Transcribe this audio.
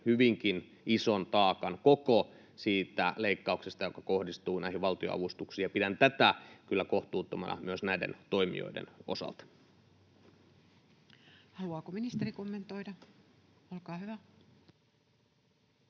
hyvinkin ison taakan koko siitä leikkauksesta, joka kohdistuu näihin valtionavustuksiin, ja pidän tätä kyllä kohtuuttomana myös näiden toimijoiden osalta. Haluaako ministeri kommentoida? — Olkaa hyvä.